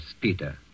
Peter